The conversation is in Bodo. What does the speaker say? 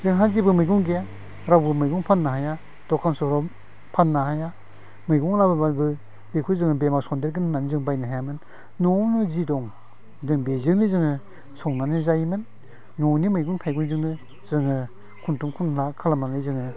जोंहा जेबो मैगं गैया रावबो मैगं फाननो हाया दखान सहराव फाननो हाया मैगं लाबोब्लाबो बेखौ जोङो बेमार सनदेरगोन होनना बायनो हायामोन न'आवनो जि दं जों बेजोंनो जोङो संनानै जायोमोन न'नि मैगं थाइगंजोंनो जोङो खुनथुम खुनथाम खालामनानै जोङो